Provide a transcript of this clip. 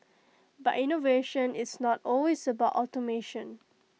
but innovation is not always about automation